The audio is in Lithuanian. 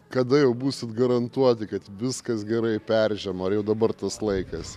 kada jau būsit garantuoti kad viskas gerai peržiemojo ar jau dabar tas laikas